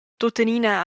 tuttenina